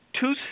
two